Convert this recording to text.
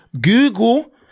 Google